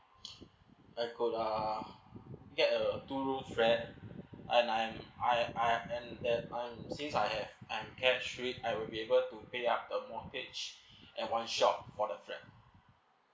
I got uh get uh two rooms flat and I I I'm that um since I have I'm cash I will be able to pay up the mortgage at one shot for the flat